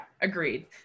Agreed